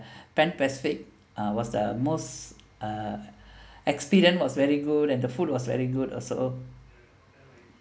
pan pacific uh was the most uh experience was very good and the food was very good also